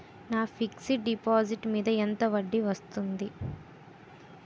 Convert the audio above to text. నా fixed deposit మీద ఎంత వడ్డీ వస్తుంది?